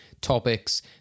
topics